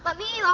ah me